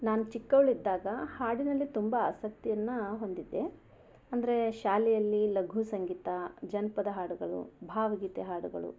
ನಾನು ಚಿಕ್ಕವಳಿದ್ದಾಗ ಹಾಡಿನಲ್ಲಿ ತುಂಬ ಆಸಕ್ತಿಯನ್ನು ಹೊಂದಿದ್ದೆ ಅಂದರೆ ಶಾಲೆಯಲ್ಲಿ ಲಘು ಸಂಗೀತ ಜಾನಪದ ಹಾಡುಗಳು ಭಾವಗೀತೆ ಹಾಡುಗಳು